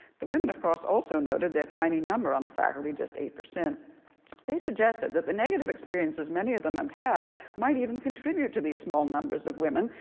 the women, of course, also noted their tiny number on the faculty, just eight. they suggested that the negative experiences many of them um had might even contribute to these small numbers of women,